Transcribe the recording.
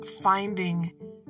finding